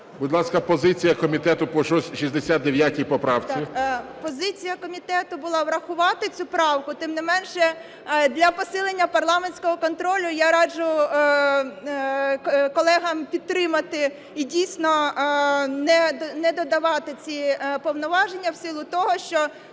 Будь ласка, позиція комітету по 69 поправці. 13:16:16 БЕЗУГЛА М.В. Позиція комітету була врахувати цю правку. Тим не менше для посилення парламентського контролю я раджу колегам підтримати і дійсно не додавати ці повноваження, в силу того, що